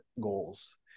goals